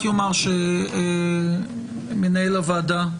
מנהל הוועדה,